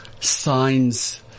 Signs